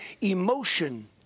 emotion